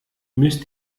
müsst